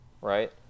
right